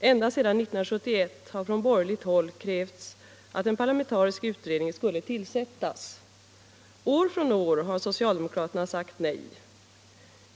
Ända sedan år 1971 har det från borgerligt håll krävts att en parlamentarisk utredning skulle tillsättas. År från år har socialdemokraterna sagt nej.